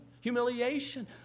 humiliation